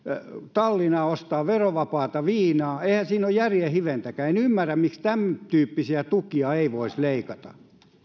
tallinnaan ostamaan verovapaata viinaa eihän siinä ole järjen hiventäkään en ymmärrä miksi tämäntyyppisiä tukia ei voisi leikata